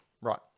right